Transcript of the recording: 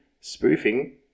spoofing